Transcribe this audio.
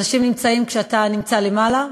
אנשים נמצאים כשאתה נמצא למעלה,